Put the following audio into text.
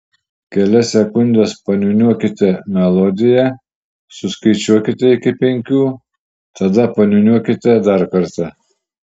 kelias sekundes paniūniuokite melodiją suskaičiuokite iki penkių tada paniūniuokite dar kartą